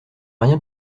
rien